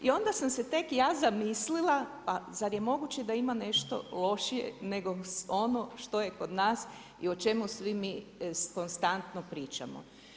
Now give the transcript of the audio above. I onda sam se tek ja zamislila, pa zar je moguće da ima nešto lošije nego ono što je kod nas i o čemu svi mi konstantno pričamo.